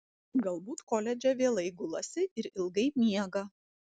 galbūt koledže vėlai gulasi ir ilgai miega